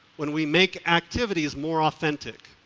when we make activities more authentic,